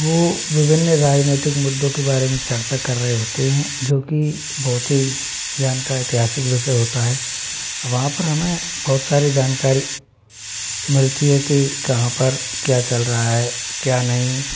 वो विभिन्न राजनीतिक मुद्दों के बारे में चर्चा कर रहे होते हैं जो कि बहुत ही ग्यान का ऐतिहासिक विशय होता है वहाँ पर हमें बहुत सारी जानकारी मिलती है कि कहाँ पर क्या चल रहा है क्या नहीं